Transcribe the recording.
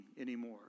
anymore